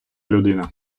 людина